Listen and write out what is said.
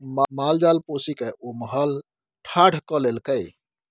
माल जाल पोसिकए ओ महल ठाढ़ कए लेलकै